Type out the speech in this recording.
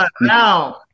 now